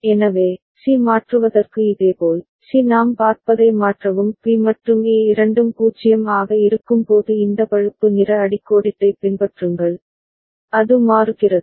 எனவே சி மாற்றுவதற்கு இதேபோல் சி நாம் பார்ப்பதை மாற்றவும் பி மற்றும் ஏ இரண்டும் 0 ஆக இருக்கும்போது இந்த பழுப்பு நிற அடிக்கோடிட்டைப் பின்பற்றுங்கள் அது மாறுகிறது